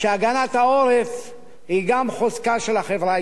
העורף היא גם חוזקה של החברה הישראלית,